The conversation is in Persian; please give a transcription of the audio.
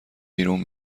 بیرون